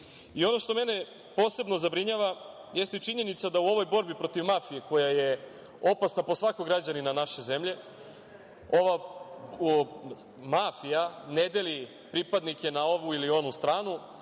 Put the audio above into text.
što mene posebno zabrinjava jeste i činjenica da u ovoj borbi protiv mafije, koja je opasna po svakog građanina naše zemlje, mafija ne deli pripadnike na ovu ili onu stranu,